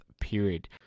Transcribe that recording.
period